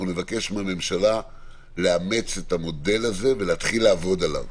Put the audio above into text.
נבקש מהממשלה לאמץ את המודל הזה ולהתחיל לעבוד עליו.